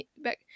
back